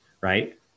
right